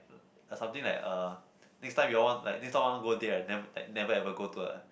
something like uh next time you all want like next time want go date right nev~ like never ever go to a